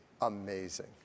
amazing